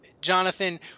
Jonathan